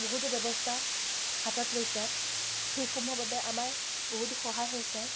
বহুতো ব্যৱস্থা হাতত লৈছে সেইসমূহৰ বাবে আমাৰ বহুতো সহায় হৈছে